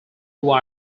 who